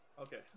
Okay